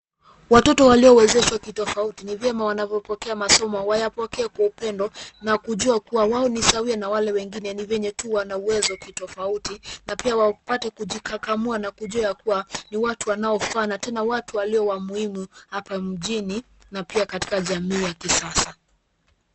Watoto walio wezeshwa kitofauti, ni vyema wanavyopokea masomo, wayapoke kwa upendo na kujua kuwa, wao ni sawia na wale wengine, ni vile tu wana uwezo kitofauti na pia wapate kujikakamua na kujua ya kuwa ni watu wanaofaa na tena watu waliyo wa muhimu hapa mjini na pia katika jamii ya kisasa.